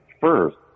first